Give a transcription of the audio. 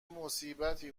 مصیبتی